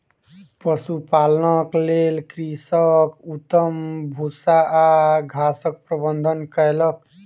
पशुपालनक लेल कृषक उत्तम भूस्सा आ घासक प्रबंध कयलक